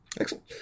Excellent